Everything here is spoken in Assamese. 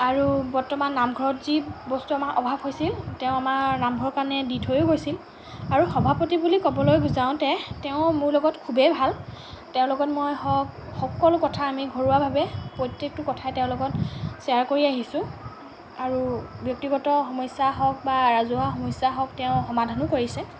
আৰু বৰ্তমান নামঘৰত যি বস্তুৰ আমাৰ অভাৱ হৈছিল তেওঁ আমাৰ নামঘৰৰ কাৰণে দি থৈও গৈছিল আৰু সভাপতি বুলি ক'বলৈ যাওঁতে তেওঁৰ মোৰ লগত খুবেই ভাল তেওঁৰ লগত মই হওক সকলো কথা আমি ঘৰুৱাভাৱে প্ৰ্যতেকটো কথাই তেওঁৰ লগত শ্বেয়াৰ কৰি আহিছোঁ আৰু ব্যক্তিগত সমস্যা হওক বা ৰাজহুৱা সমস্যা হওক তেওঁ সমাধানো কৰিছে